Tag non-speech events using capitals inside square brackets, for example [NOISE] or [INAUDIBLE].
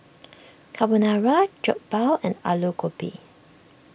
[NOISE] Carbonara Jokbal and Alu Gobi